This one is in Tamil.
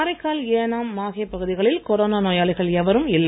காரைக்கால் ஏனாம் மாஹே பகுதிகளில் கொரோனா நோயாளிகள் எவரும் இல்லை